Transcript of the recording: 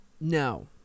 No